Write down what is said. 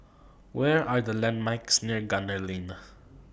What Are The landmarks near Gunner Lane